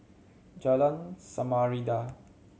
Jalan Samarinda